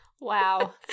Wow